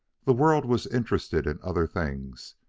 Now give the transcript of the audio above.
the world was interested in other things,